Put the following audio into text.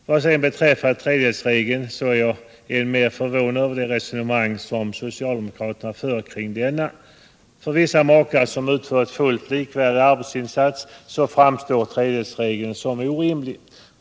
Vad sedan beträffar tredjedelsregeln är jag mer än förvånad över det resonemang som socialdemokraterna för om den. För vissa makar som utför Finansdebatt Finansdebatt fullt likvärdig arbetsinsats framstår tredjedelsregeln som helt orimlig.